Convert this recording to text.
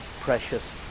precious